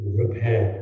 repair